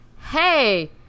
hey